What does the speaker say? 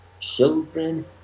children